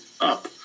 up